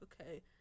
okay